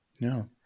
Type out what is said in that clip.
No